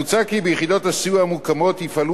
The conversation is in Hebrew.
מוצע כי ביחידות הסיוע המוקמות יפעלו